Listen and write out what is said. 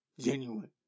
genuine